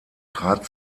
trat